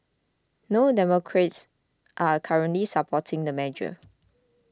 no Democrats are currently supporting the measure